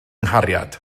nghariad